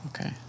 Okay